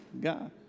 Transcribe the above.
God